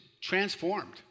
transformed